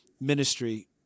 ministry